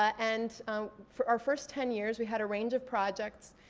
and for our first ten years, we had a range of projects.